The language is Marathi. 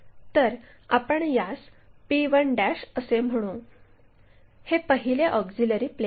तर आपण यास p1 असे म्हणू हे पहिले ऑक्झिलिअरी प्लेन आहे